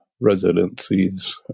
residencies